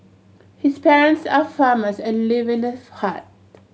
his parents are farmers and live in a hut